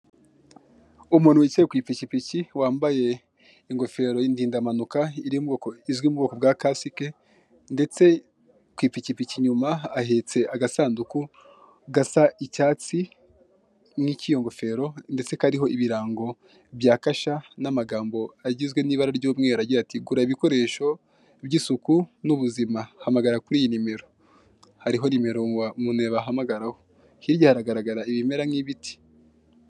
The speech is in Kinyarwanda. Umuntu wicaye kw'ipikipiki wambaye ingofero y'indinda mpanuka izwi mubwoko bwa kasike, ndetse kw'ipikipiki inyuma ahetse agasanduku gasa icyatsi nk'ikiyo ngofero, ndetse kariho ibirango bya kasha n'amagambo agizwe n'ibara ry'umweru agira ati "gura ibikoresho by'isuku n'ubuzima hamagara kuri iyi nimero, hariho nimero umuntu yabahamagaraho. Hirya haragaragara ibimera nk'ibiti.